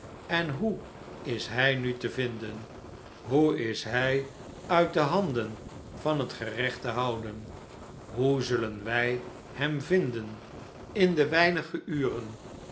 en hoe is hij nu te vinden hoe is hij uit de handen van het gerecht te houden hoe zullen wij hem vinden in de weinige uren